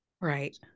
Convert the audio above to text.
Right